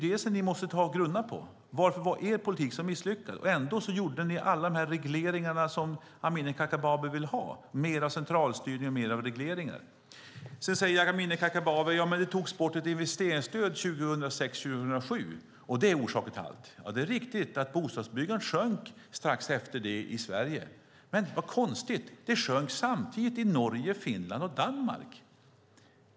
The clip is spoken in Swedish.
Det måste ni grunna på. Varför var er politik så misslyckad? Ändå genomförde ni alla de regleringar och den centralstyrning som Amineh Kakabaveh vill ha. Sedan säger Amineh Kakabaveh att ett investeringsstöd togs bort 2006-2007 - och det är orsaken till allt. Det är riktigt att bostadsbyggandet sjönk strax efter det i Sverige. Men vad konstigt! Det sjönk samtidigt i Norge, Finland och Danmark.